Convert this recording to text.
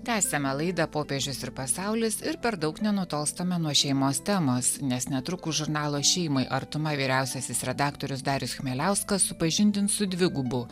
tęsiame laidą popiežius ir pasaulis ir per daug nenutolstame nuo šeimos temos nes netrukus žurnalo šeimai artuma vyriausiasis redaktorius darius chmieliauskas supažindins su dvigubu